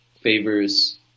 favors